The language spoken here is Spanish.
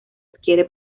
adquiere